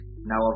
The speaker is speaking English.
now